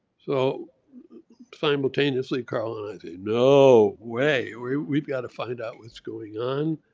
so simultaneously carl and i said no way we we've got to find out what's going on.